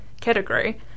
category